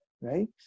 right